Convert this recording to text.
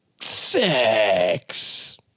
Sex